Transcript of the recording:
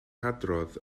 hadrodd